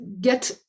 get